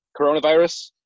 coronavirus